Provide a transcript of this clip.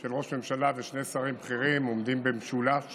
של ראש ממשלה ושני שרים בכירים עומדים במשולש